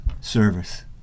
service